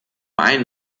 einen